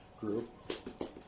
group